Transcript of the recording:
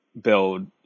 build